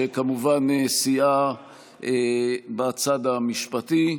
שכמובן סייעה בצד המשפטי,